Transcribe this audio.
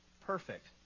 perfect